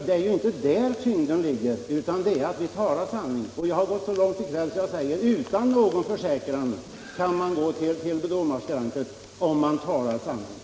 Det är inte där tyngdpunkten ligger, utan det är att vi talar sanning. Jag har gått så långt i kväll att jag säger att vi utan någon försäkran kan ställa oss inför domarskranket, om vi talar sanning.